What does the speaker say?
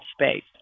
space